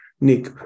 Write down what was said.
nick